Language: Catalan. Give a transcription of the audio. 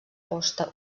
posta